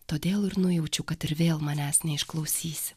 todėl ir nujaučiu kad ir vėl manęs neišklausysi